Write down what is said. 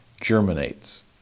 germinates